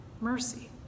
mercy